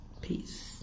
Peace